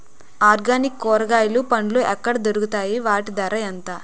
Organic కూరగాయలు పండ్లు ఎక్కడ దొరుకుతాయి? వాటి ధర ఎంత?